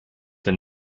der